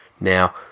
Now